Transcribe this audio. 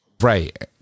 Right